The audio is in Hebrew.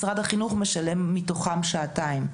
משרד החינוך משלם מתוכן שעתיים.